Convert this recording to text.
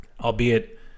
Albeit